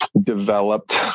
developed